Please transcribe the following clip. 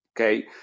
Okay